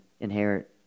inherit